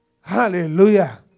Hallelujah